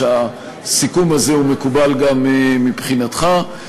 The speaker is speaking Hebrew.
שהסיכום הזה מקובל גם מבחינתך.